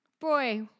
boy